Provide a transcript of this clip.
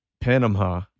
Panama